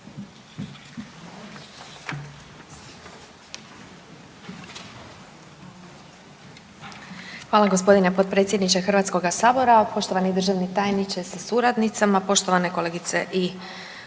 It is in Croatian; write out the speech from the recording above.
Hvala gospodine potpredsjedniče Hrvatskoga sabora. Poštovani državni tajniče sa suradnicama, poštovane kolegice i